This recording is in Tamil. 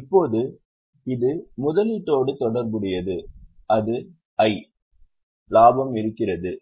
இப்போது இது முதலீட்டோடு தொடர்புடையது அது I லாபம் இருக்கிறது